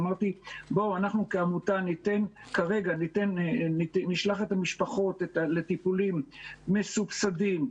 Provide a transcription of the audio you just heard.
אמרתי שאנחנו כעמותה נשלח את המשפחות לטיפולים מסובסדים,